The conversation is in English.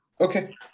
okay